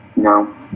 No